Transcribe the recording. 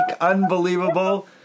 Unbelievable